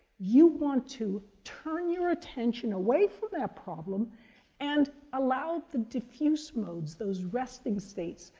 you want to turn your attention away from that problem and allow the diffuse modes, those resting states,